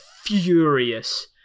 furious